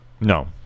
No